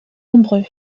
nombreux